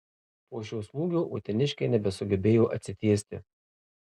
po šio smūgio uteniškiai nebesugebėjo atsitiesti